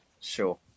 sure